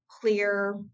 clear